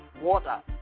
water